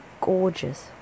gorgeous